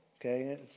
okay